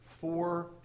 four